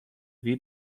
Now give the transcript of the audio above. wie